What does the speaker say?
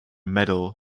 medal